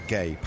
Gay